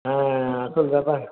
হ্যাঁ আসল ব্যাপার